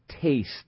taste